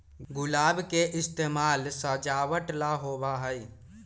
गुलाब के इस्तेमाल सजावट ला होबा हई